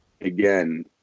again—